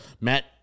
Matt